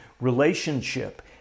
relationship